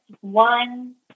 One